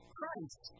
Christ